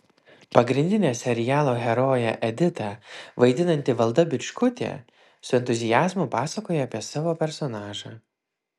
pagrindinę serialo heroję editą vaidinanti valda bičkutė su entuziazmu pasakoja apie savo personažą